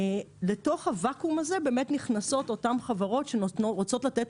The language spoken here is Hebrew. לתוך הואקום הזה באמת נכנסות אותן חברות שרוצות לתת